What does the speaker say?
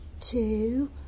two